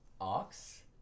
ox